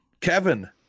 Kevin